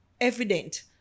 evident